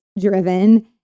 driven